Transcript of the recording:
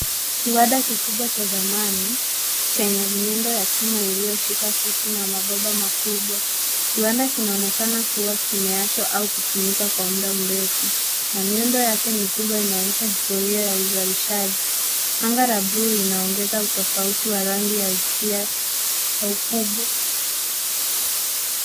Kiwanda kikubwa cha zamani chenye miundo ya chuma kilichoshika kutu na mabomba makubwa. Kiwanda kinaonekana kuwa kimewachwa au kutumika kwa muda mrefu na miundo yake mikubwa inaonyesha historia ya uzalishaji. Anga la buluu linaongeza utofauti wa rangi ya hisia na ukubwa.